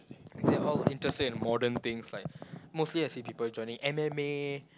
and they all interested in modern things like mostly I see people joining M_M_A